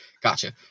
Gotcha